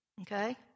Okay